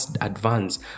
advance